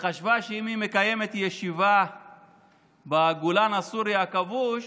וחשבה שאם היא מקיימת ישיבה בגולן הסורי הכבוש,